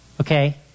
okay